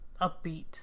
upbeat